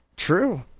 True